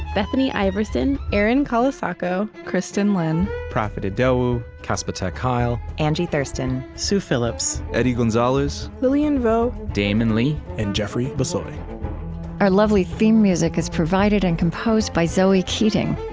bethany iverson, erin colasacco, kristin lin, profit idowu, casper ter kuile, angie thurston, sue phillips, eddie gonzalez, lilian vo, damon lee, and jeffrey bissoy our lovely theme music is provided and composed by zoe keating.